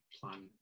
plan